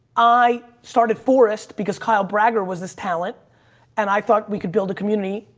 i started forrest because kyle bragger was this talent and i thought we could build a community.